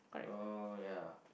oh yeah